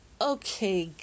okay